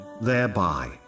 thereby